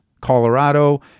colorado